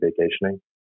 vacationing